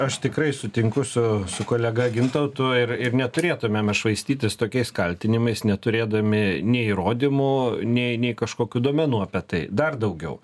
aš tikrai sutinku su su kolega gintautu ir ir neturėtumėme švaistytis tokiais kaltinimais neturėdami nei įrodymų nei nei kažkokių duomenų apie tai dar daugiau